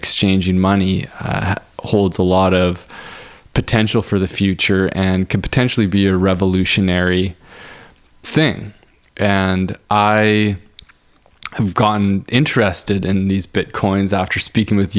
exchanging money holds a lot of potential for the future and can potentially be a revolutionary thing and i have gone interested in these bitcoins after speaking with